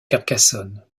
carcassonne